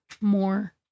more